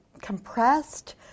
compressed